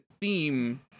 theme